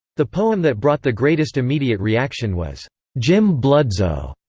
the poem that brought the greatest immediate reaction was jim bludso,